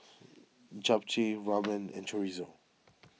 Japchae Ramen and Chorizo